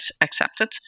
accepted